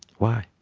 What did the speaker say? why?